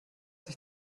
sich